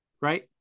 right